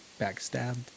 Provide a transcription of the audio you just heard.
backstabbed